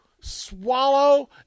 Swallow